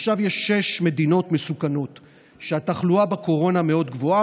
עכשיו יש שש מדינות מסוכנות שהתחלואה בהן בקורונה מאוד גבוהה,